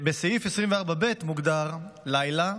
בסעיף 24(ב) מוגדר "לילה"